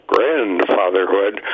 grandfatherhood